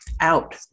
out